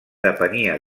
depenia